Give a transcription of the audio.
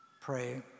pray